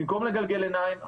במקום לגלגל עיניים,